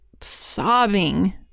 sobbing